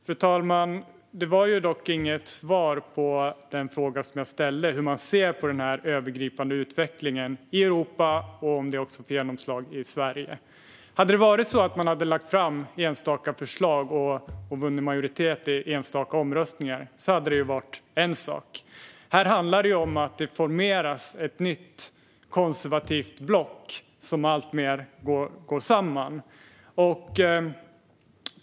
Fru talman! Det var dock inget svar på den fråga som jag ställde om hur man ser på den övergripande utvecklingen i Europa och om vad man ska göra för att den utvecklingen inte ska få genomslag i Sverige. Det hade varit en sak om man hade lagt fram enstaka förslag och vunnit majoritet i enstaka omröstningar. Men här handlar det om att det formeras ett nytt konservativt block. Man går alltmer samman.